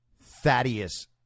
Thaddeus